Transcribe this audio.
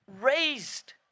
raised